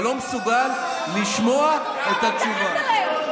אתה לא מסוגל לשמוע את התשובה.